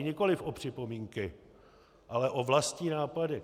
Nikoliv o připomínky, ale o vlastní nápady.